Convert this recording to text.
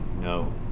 No